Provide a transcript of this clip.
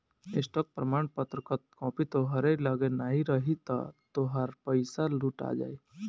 stock प्रमाणपत्र कअ copy तोहरी लगे नाही रही तअ तोहार पईसा लुटा जाई